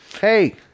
Hey